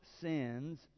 sins